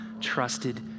trusted